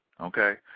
okay